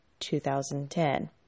2010